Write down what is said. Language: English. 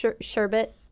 Sherbet